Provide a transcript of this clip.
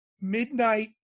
midnight